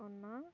ᱚᱱᱟ